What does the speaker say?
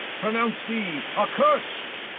pronounce thee accursed,